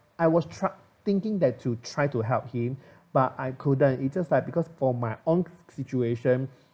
I was try~ thinking that to try to help him but I couldn't it's just like because for my own situation